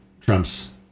Trump's